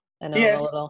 Yes